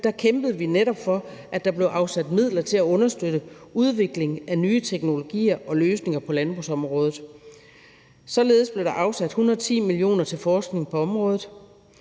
2023 kæmpede vi netop for, at der blev afsat midler til at understøtte udviklingen af nye teknologier og løsninger på landbrugsområdet. Således blev der afsat 110 mio. kr. til forskning på området,